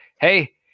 hey